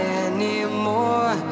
anymore